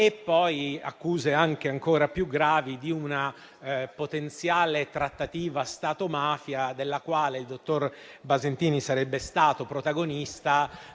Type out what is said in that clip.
- e altre accuse ancora più gravi di una potenziale trattativa Stato-mafia della quale il dottor Basentini sarebbe stato protagonista,